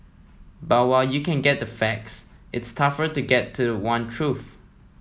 but while you can get the facts it's tougher to get to the one truth